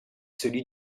celui